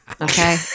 Okay